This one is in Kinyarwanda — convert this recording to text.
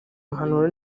impanuro